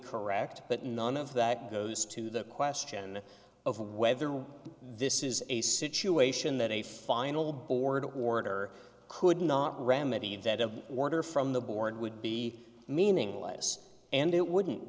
correct but none of that goes to the question of whether well this is a situation that a final board order could not remedy that of order from the board would be meaningless and it wouldn't